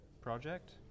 project